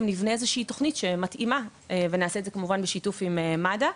תוכנית שמתאימה ונעשה את זה בשיתוף עם מד"א.